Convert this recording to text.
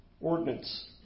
ordinance